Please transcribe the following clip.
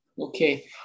Okay